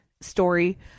story